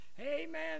Amen